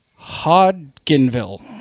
Hodgenville